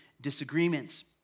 disagreements